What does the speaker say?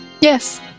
Yes